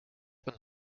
een